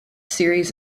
series